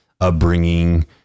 upbringing